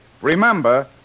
Remember